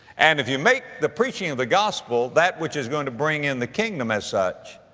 and if you make the preaching of the gospel that which is going to bring in the kingdom as such,